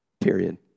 period